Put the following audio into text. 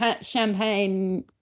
champagne